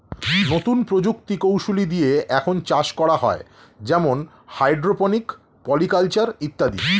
নতুন প্রযুক্তি কৌশলী দিয়ে এখন চাষ করা হয় যেমন হাইড্রোপনিক, পলি কালচার ইত্যাদি